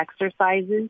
exercises